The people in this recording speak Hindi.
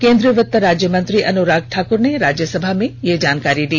केन्द्रीय वित्त राज्य मंत्री अनुराग ठाकुर ने राज्यसभा में यह जानकारी दी